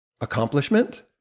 accomplishment